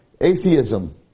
atheism